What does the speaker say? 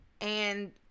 and-